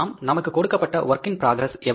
நமக்கு கொடுக்கப்பட்ட working progress எவ்வளவு